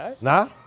Nah